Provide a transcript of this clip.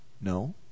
No